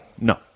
No